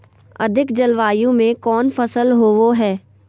अधिक जलवायु में कौन फसल होबो है?